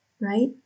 right